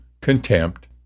contempt